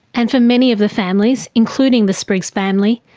and for many of the families, including the spriggs family,